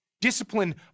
Discipline